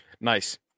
Nice